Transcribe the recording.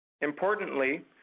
Importantly